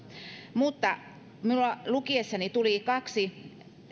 lukiessani minulla tuli mieleen kaksi